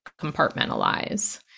compartmentalize